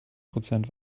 prozent